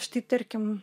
štai tarkim